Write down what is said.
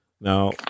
Now